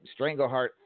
Strangleheart